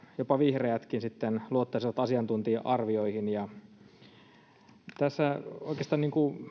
jopa vihreätkin sitten luottaisivat asiantuntija arvioihin tässä oikeastaan